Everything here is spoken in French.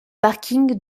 parking